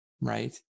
right